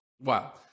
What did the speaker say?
Wow